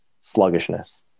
sluggishness